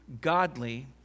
godly